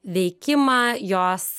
veikimą jos